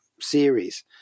series